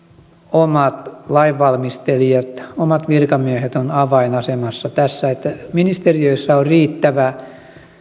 omat lainvalmistelijat omat virkamiehet ovat avainasemassa tässä että ministeriöissä on riittävä